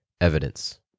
evidence